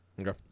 Okay